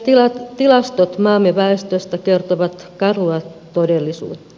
myös tilastot maamme väestöstä kertovat karua todellisuutta